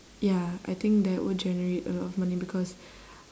ya I think that would generate a lot of money because